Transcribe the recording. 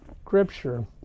Scripture